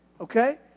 Okay